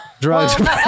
Drugs